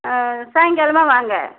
சாய்ங்காலமாக வாங்க